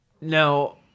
No